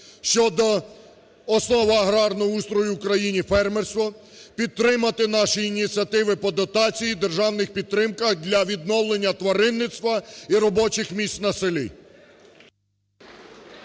щодо основ агарного устрою у країні – фермерство, підтримати наші ініціативи по дотації, державних підтримках для відновлення тваринництва і робочих місць на селі.